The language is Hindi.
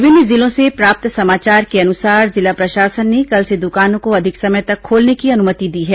विभिन्न जिलों से प्राप्त समाचार के अनुसार जिला प्रशासन ने कल से दुकानों को अधिक समय तक खोलने की अनुमति दी है